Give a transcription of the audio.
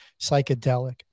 psychedelic